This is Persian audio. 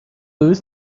روز